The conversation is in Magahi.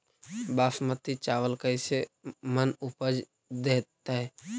बासमती चावल कैसे मन उपज देतै?